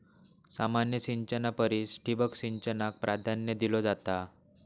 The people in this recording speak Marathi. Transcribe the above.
सामान्य सिंचना परिस ठिबक सिंचनाक प्राधान्य दिलो जाता